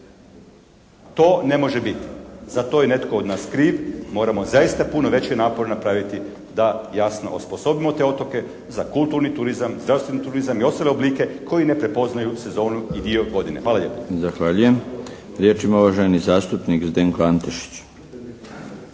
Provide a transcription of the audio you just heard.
To je može biti. Za to je netko od nas kriv. Moramo zaista puno veće napore napraviti da jasno osposobimo te otoke za kulturni turizam, zdravstveni turizam i ostale oblike koji ne prepoznaju sezonu i dio godine. Hvala lijepo.